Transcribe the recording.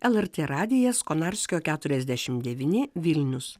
lrt radijas konarskio keturiasdešim devyni vilnius